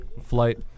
flight